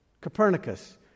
Copernicus